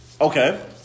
Okay